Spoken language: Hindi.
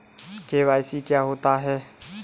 के.वाई.सी क्या होता है?